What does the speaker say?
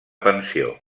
pensió